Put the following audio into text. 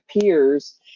peers